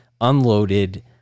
unloaded